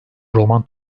roman